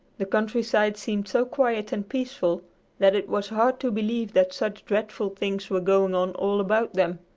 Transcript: the countryside seemed so quiet and peaceful that it was hard to believe that such dreadful things were going on all about them.